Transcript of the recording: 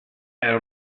era